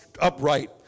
upright